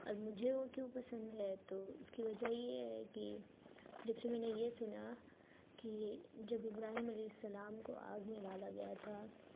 اور مجھے وہ کیوں پسند ہے تو اس کی وجہ یہ ہے کہ جب سے میں نے یہ سنا کہ جب ابراہیم علیہ السلام کو آگ میں ڈالا گیا تھا